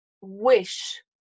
wish